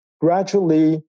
gradually